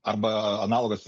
arba analogas